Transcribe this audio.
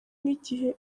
n’igihe